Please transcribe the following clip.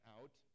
out